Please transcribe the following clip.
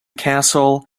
castle